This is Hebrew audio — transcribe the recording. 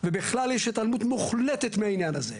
ובכלל יש התעלמות מוחלטת מהעניין הזה.